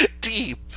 deep